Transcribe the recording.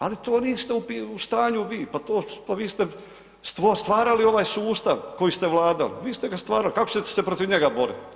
Ali to niste u stanju vi, pa to, pa vi ste stvarali ovaj sustav kojim ste vladali, vi ste ga stvarali, kako ćete se protiv njega boriti?